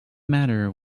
matter